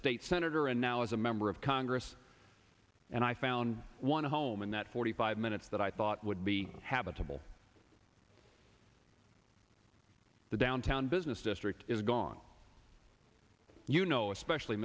state senator and now as a member of congress and i found one home in that forty five minutes that i thought would be habitable the downtown business district is gone you know especially